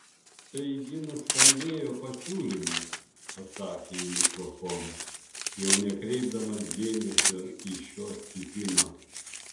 taigi nuskambėjo pasiūlymas pasakė į mikrofoną jau nekreipdamas dėmesio į šio cypimą